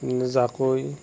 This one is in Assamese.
জাকৈ